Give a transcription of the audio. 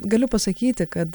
galiu pasakyti kad